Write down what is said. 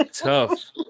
tough